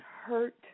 hurt